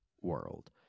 world